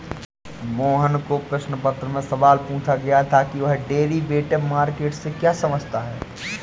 मोहन को प्रश्न पत्र में सवाल पूछा गया था कि वह डेरिवेटिव मार्केट से क्या समझता है?